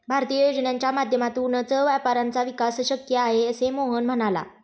भारतीय योजनांच्या माध्यमातूनच व्यापाऱ्यांचा विकास शक्य आहे, असे मोहन म्हणाला